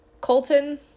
Colton